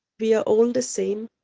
we are all the same.